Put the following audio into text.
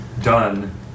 done